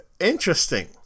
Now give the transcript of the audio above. Interesting